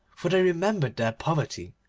for they remembered their poverty,